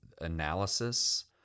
Analysis